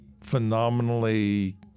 phenomenally